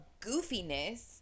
goofiness